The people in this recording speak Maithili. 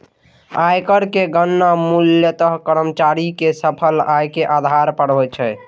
आयकर के गणना मूलतः कर्मचारी के सकल आय के आधार पर होइ छै